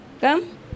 Come